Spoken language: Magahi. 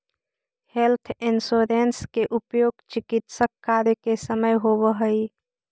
हेल्थ इंश्योरेंस के उपयोग चिकित्स कार्य के समय होवऽ हई